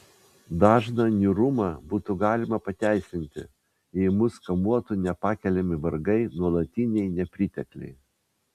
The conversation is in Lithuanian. dažną niūrumą būtų galima pateisinti jei mus kamuotų nepakeliami vargai nuolatiniai nepritekliai